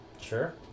Sure